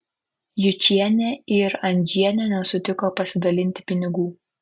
jučienė ir andžienė nesutiko pasidalinti pinigų